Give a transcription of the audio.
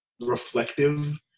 reflective